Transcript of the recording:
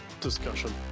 discussion